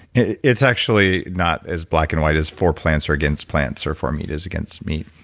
it's actually not as black and white as for plants or against plants or for meat as against meat.